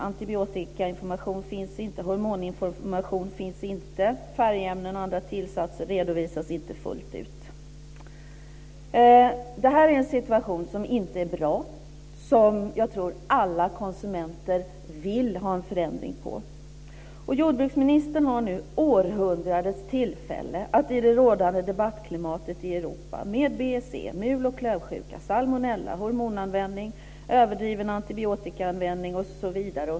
Antibiotikainformation finns inte. Hormoninformation finns inte. Färgämnen och andra tillsatser redovisas inte fullt ut. Det här är en situation som inte är bra och som jag tror att alla konsumenter vill ha en förändring av. Jordbruksministern har nu århundradets tillfälle i det rådande debattklimatet i Europa med BSE, mul och klövsjuka, salmonella, hormonanvändning, överdriven antibiotikaanvändning, osv.